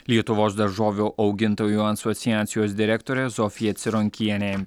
lietuvos daržovių augintojų asociacijos direktorė zofija cironkienė